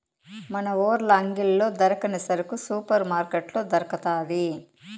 మన ఊర్ల అంగిల్లో దొరకని సరుకు సూపర్ మార్కట్లో దొరకతాది